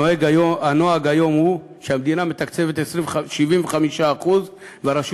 הנוהג היום הוא שהמדינה מתקצבת 75% והרשות